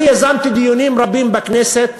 אני יזמתי דיונים רבים בכנסת